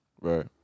Right